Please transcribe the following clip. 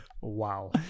Wow